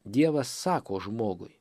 dievas sako žmogui